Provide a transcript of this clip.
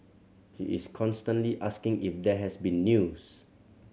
he is constantly asking if there has been news